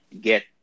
get